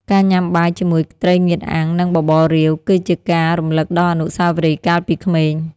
ការញ៉ាំបាយជាមួយត្រីងៀតអាំង និងបបររាវ គឺជាការរំលឹកដល់អនុស្សាវរីយ៍កាលពីក្មេង។